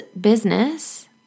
business